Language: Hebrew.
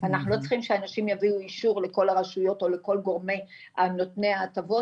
אנחנו לא צריכים שאנשים יביאו אישור לכל הרשויות או לכל נותני ההטבות.